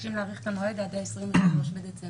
מבקשים להאריך את המועד עד ה-23 בדצמבר.